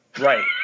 Right